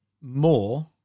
more